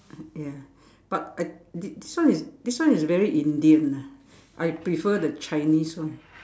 ya but I thi~ this one is this one is very Indian lah I prefer the Chinese one